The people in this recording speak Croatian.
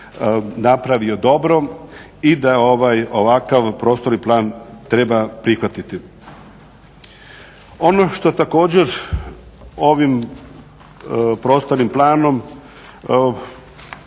napravio dobro i da ovakav prostorni plan treba prihvatiti. Ono što također ovim prostornim planom